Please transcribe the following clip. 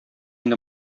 инде